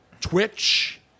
Twitch